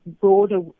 broader